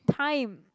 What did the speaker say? time